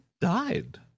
died